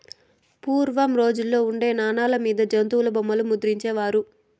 పూర్వం రోజుల్లో ఉండే నాణాల మీద జంతుల బొమ్మలు ముద్రించే వారు